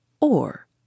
or